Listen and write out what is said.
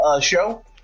show